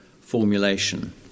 formulation